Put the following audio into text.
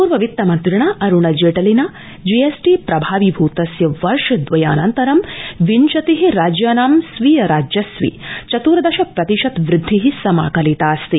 पूर्व वित्तमन्त्रिणा अरूण जेटलिना जी एस टी प्रभावि भूतस्य वर्ष द्वयानन्तरं विंशति राज्यानां स्वीय राजस्वे चत्तर्दश प्रतिशत वृद्धि समाकलितास्ति